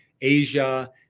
Asia